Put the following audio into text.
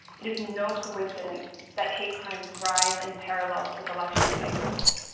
it is no coincidence that hate crimes rise in parallel with election cycles.